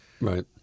Right